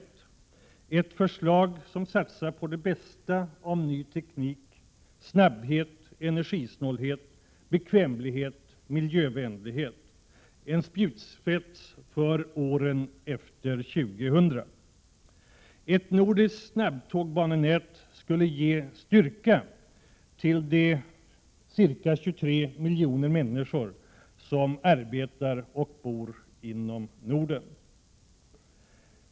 Det är ett förslag om en satsning på det bästa av ny teknik, nämligen snabbhet, energisnålhet, bekvämlighet och miljövänlighet — en spjutspets för åren efter 2000. Ett nordiskt snabbtågbanenät skulle ge styrka till de ca 23 miljoner människor som arbetar och bor inom Norden.